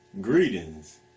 Greetings